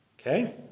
Okay